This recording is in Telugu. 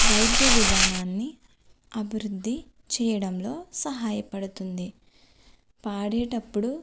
వైద్య విధానాన్ని అభివృద్ధి చేయడంలో సహాయపడుతుంది పాడేటప్పుడు